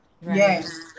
yes